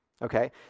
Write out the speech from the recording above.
Okay